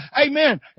amen